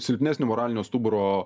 silpnesnio moralinio stuburo